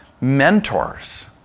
mentors